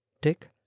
dick